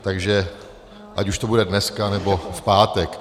Takže ať už to bude dneska, nebo v pátek.